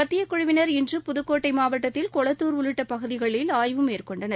மத்தியக் குழுவினர் இன்றுபுதக்கோட்டை மாவட்டத்தில் கொளத்தூர் உள்ளிட்ட பகுதிகளில் ஆய்வு மேற்கொண்டனர்